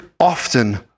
Often